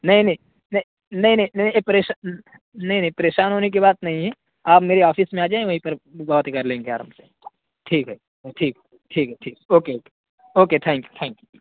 نہیں نہیں نہیں نہیں نہیں نہیں ایک پریشا نہیں نہیں پریشان ہونے کی بات نہیں ہے آپ میری آفس میں آ جائیں وہیں پر بات کر لیں گے آرام سے ٹھیک ہے ٹھیک ٹھیک ہے ٹھیک okay okay okay thank you thank you